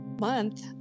month